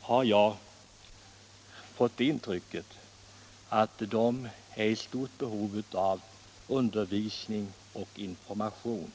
har fått det intrycket att de är i stort behov av undervisning och information.